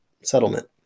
settlement